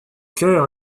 chœur